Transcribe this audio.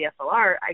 DSLR